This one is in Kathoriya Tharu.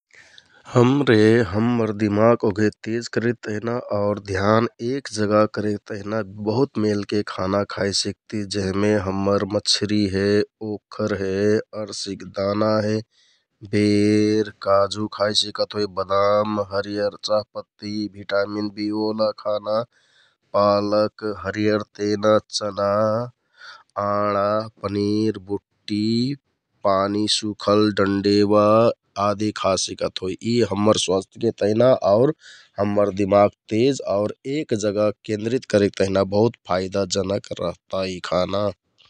हमरे हम्मर दिमाक ओहके तेज करेक तिहना आउर ध्यान एक जगह करेक तेहना बहुत मेलके खाना खाइ सिकति जेहमे हम्मर मछरि हे, ओखर हे, अरसिक दाना हे, बेर, काजु खाइसिकत होइ, बदाम हरियर चाह पत्ति, भिटामिन बि वाला खाना पालक, हरियर तेना, चना, आँडा, पनिर, बुट्टि, पानी सुखल डन्डेबा आदि खा सिकत होइ । यि हम्मर स्वास्थके तिहना आउर हम्मर तेज आउर एक जगह केन्द्रित करेक तिहना बहुत फाइदाजनक रेहता यि खाना ।